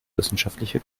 wissenschaftliche